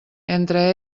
entre